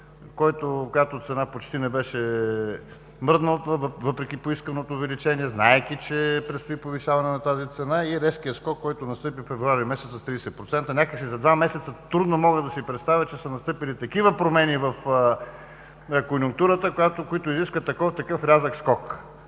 която цена почти не беше мръднала, въпреки поисканото увеличение, знаейки, че предстои повишаване на тази цена и рязък скок, който настъпи през месец февруари с 30%. Някак си за два месеца трудно мога да си представя, че са настъпили такива промени в конюнктурата, които искат такъв рязък скок.